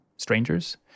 strangers